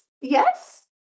yes